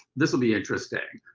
this will be interesting.